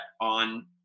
on